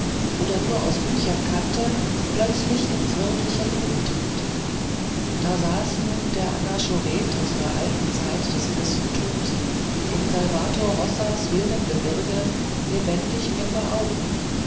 oder nur aus büchern kannte plötzlich ins wirkliche leben tritt da saß nun der anachoret aus der alten zeit des christentums in salvator rosas wildem gebirge lebendig mir vor augen